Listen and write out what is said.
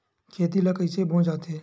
खेती ला कइसे बोय जाथे?